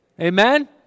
Amen